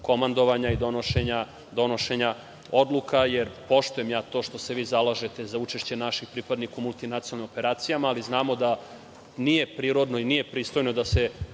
komandovanja i donošenja odluka, jer poštujem ja to što se vi zalažete za učešće naših pripadnika u multinacionalnim operacijama, ali znamo da nije prirodno i nije pristojno da se